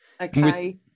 Okay